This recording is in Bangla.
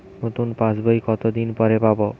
নতুন পাশ বই কত দিন পরে পাবো?